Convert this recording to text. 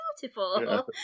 beautiful